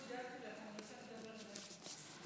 אני רוצה לדבר ללב שלך.